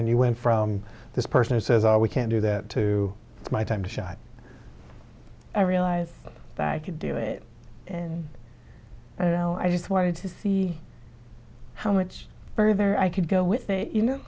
and you went from this person says i we can't do that to my time shot i realized that i could do it and i don't know i just wanted to see how much further i could go with it you know